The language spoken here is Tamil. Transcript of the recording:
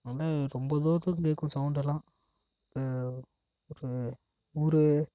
நல்லா ரொம்ப தூரத்துக்கு இருக்கும் சவுண்டெல்லாம் ஒரு ஊர்